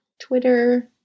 Twitter